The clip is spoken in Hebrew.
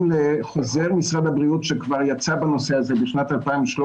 לחוזר משרד הבריאות שכבר יצא בנושא הזה בשנת 2013,